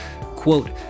quote